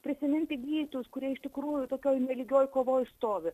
prisiminti gydytojus kurie iš tikrųjų tokioj nelygioj kovoj stovi